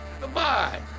Goodbye